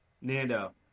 Nando